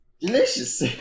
delicious